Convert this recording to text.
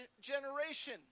generation